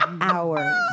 hours